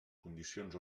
condicions